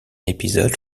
episode